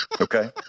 Okay